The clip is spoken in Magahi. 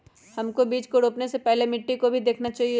हमको बीज को रोपने से पहले मिट्टी को भी देखना चाहिए?